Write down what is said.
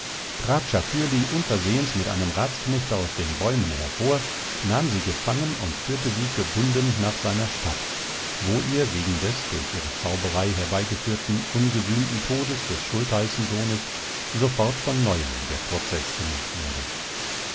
trat schafürli unversehens mit einem ratsknechte aus den bäumen hervor nahm sie gefangen und führte sie gebunden nach seiner stadt wo ihr wegen des durch ihre zauberei herbeigeführten ungesühnten todes des schultheißensohnes sofort von neuem der prozeß gemacht wurde